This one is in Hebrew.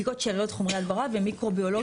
בדיקות שאריות חומרי הדברה ומיקרו-ביולוגיה,